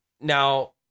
Now